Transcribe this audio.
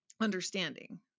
understanding